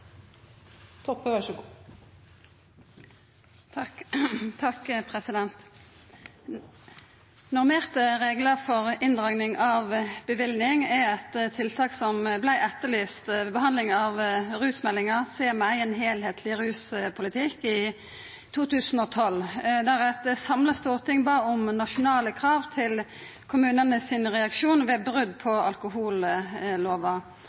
Normerte reglar for inndraging av bevilling vart etterlyst ved behandlinga av rusmeldinga Se meg! En helhetlig rusmiddelpolitikk, i 2013, der eit samla storting bad om nasjonale krav til kommunane